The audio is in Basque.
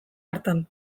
hartan